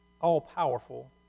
all-powerful